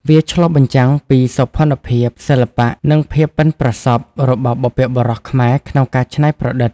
វាឆ្លុះបញ្ចាំងពីសោភ័ណភាព សិល្បៈ និងភាពប៉ិនប្រសប់របស់បុព្វបុរសខ្មែរក្នុងការច្នៃប្រឌិត។